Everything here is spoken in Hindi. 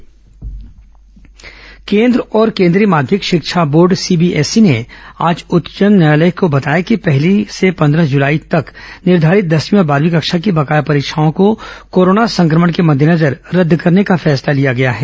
सूप्रीम कोर्ट सीबीएसई र्केन्द्र और केन्द्रीय माध्यमिक शिक्षा बोर्ड सीबीएसई ने आज उच्चतम न्यायालय को बताया कि पहली से पंद्रह जुलाई तक निर्घारित दसवीं और बारहवीं कक्षा की बकाया परीक्षाओं को कोरोना संक्रमण के मद्देनजर रद्द करने का फैसला किया है